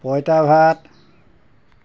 পঁইতা ভাত